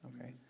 okay